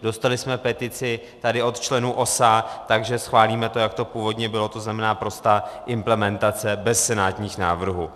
Dostali jsme petici tady od členů OSA, takže schválíme to, jak to původně bylo, to znamená prostá implementace bez senátních návrhů.